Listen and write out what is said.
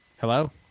Hello